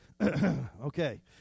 Okay